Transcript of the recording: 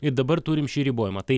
ir dabar turim šį ribojimą tai